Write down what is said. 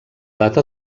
data